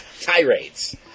tirades